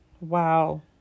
Wow